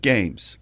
Games